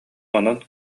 онон